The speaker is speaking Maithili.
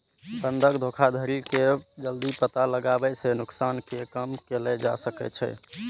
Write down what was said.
बंधक धोखाधड़ी के जल्दी पता लगाबै सं नुकसान कें कम कैल जा सकै छै